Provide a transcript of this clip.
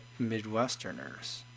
midwesterners